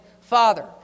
father